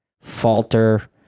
falter